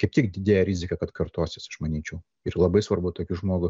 kaip tik didėja rizika kad kartosis aš manyčiau ir labai svarbu tokį žmogų